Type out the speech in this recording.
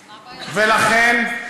ולכן,